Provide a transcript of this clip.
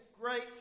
great